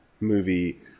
movie